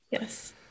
Yes